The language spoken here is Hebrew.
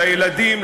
לילדים,